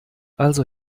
also